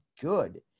good